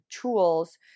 tools